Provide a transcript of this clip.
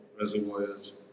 reservoirs